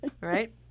Right